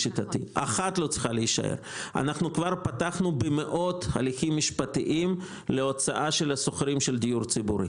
אנחנו כבר פתחנו במאות הליכים משפטיים להוצאה של השוכרים בדיור ציבורי.